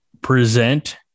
present